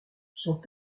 sont